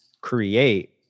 create